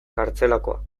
kartzelakoa